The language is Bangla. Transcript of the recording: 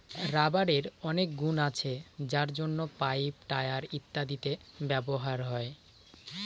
রাবারের অনেক গুন আছে যার জন্য পাইপ, টায়ার ইত্যাদিতে ব্যবহার হয়